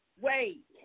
wait